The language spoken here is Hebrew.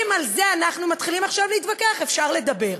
אם על זה אנחנו מתחילים עכשיו להתווכח, אפשר לדבר,